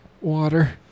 Water